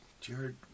Jared